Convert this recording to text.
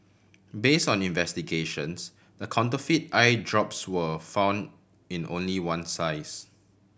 base on investigations the counterfeit eye drops were found in only one size